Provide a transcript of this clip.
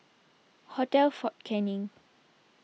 Hotel fort Canning